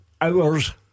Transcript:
hours